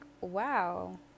wow